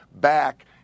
back